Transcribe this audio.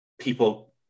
people